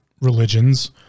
religions